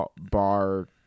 bar